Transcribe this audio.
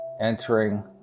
entering